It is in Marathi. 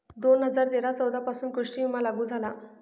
दोन हजार तेरा चौदा पासून कृषी विमा लागू झाला